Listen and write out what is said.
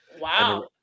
Wow